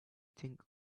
think